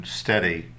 steady